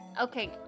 Okay